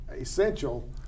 essential